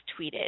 tweeted